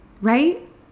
right